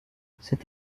cette